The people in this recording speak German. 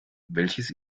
welches